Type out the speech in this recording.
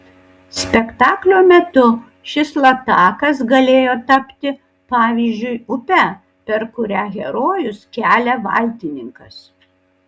spektaklio metu šis latakas galėjo tapti pavyzdžiui upe per kurią herojus kelia valtininkas